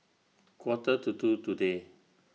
Quarter to two today